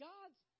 God's